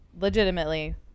legitimately